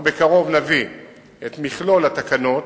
אנחנו בקרוב נביא את מכלול התקנות,